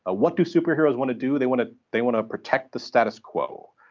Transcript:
ah what do superheroes want to do? they want to they want to protect the status quo.